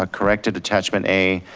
ah corrected attachment a,